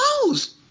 close